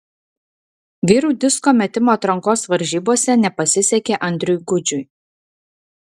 vyrų disko metimo atrankos varžybose nepasisekė andriui gudžiui